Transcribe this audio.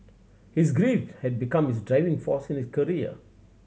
his grief had become his driving force in his career